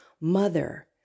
mother